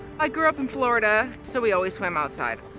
i grew up in florida so we always swam outside.